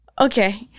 Okay